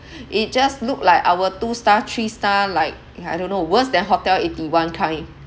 it just look like our two star three star like I don't know worse than hotel eighty one kind